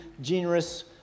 generous